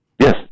Yes